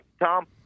Tom